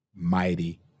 mighty